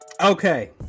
Okay